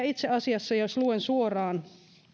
itse asiassa jos luen suoraan